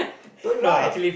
don't laugh